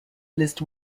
list